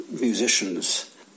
musicians